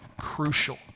crucial